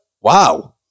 Wow